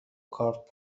کارت